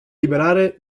liberale